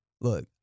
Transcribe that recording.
Look